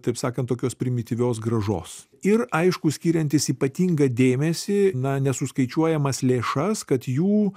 taip sakant tokios primityvios grąžos ir aišku skiriantys ypatingą dėmesį na nesuskaičiuojamas lėšas kad jų